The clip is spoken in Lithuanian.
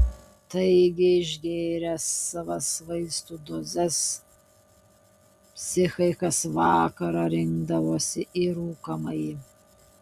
taigi išgėrę savas vaistų dozes psichai kas vakarą rinkdavosi į rūkomąjį